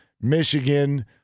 Michigan